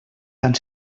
tant